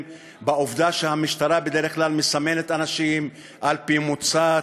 בעובדה שהמשטרה בדרך כלל מסמנת אנשים על-פי מוצא,